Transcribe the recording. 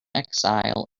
exile